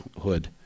hood